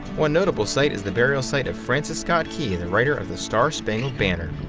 one notable site is the burial site of francis scott key, the writer of the star spangled banner.